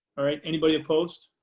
all right, anybody opposed?